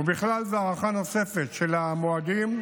ובכלל זה הארכה נוספת של המועדים,